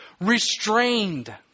Restrained